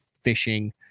fishing